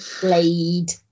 Blade